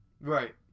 right